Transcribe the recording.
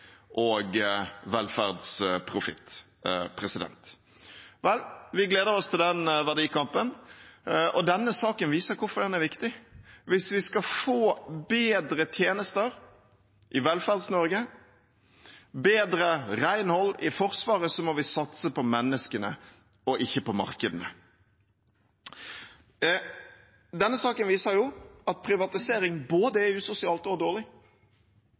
og velferdsprofitt. Vel, vi gleder oss til den verdikampen, og denne saken viser hvorfor den er viktig. Hvis vi skal få bedre tjenester i Velferds-Norge, bedre renhold i Forsvaret, må vi satse på menneskene og ikke på markedene. Denne saken viser at privatisering er både usosialt og dårlig.